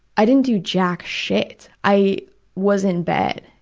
i didn't do jack shit. i was in bed.